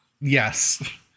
Yes